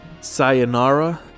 Sayonara